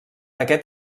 aquest